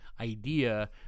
idea